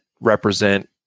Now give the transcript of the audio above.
represent